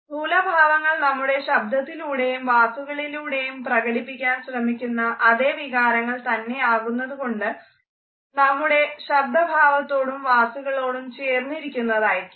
സ്ഥൂലഭാവങ്ങൾ നമ്മുടെ ശബ്ദത്തിലൂടെയും വാക്കുകളിലൂടെയും പ്രകടിപ്പിക്കാൻ ശ്രമിക്കുന്ന അതെ വികാരങ്ങൾ തന്നെയാകുന്നതുകൊണ്ട് നമ്മുടെ ശബ്ദ ഭാവത്തോടും വാക്കുകളോടും ചേർന്നിരിക്കുന്നതായിരിക്കും